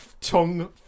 Tongue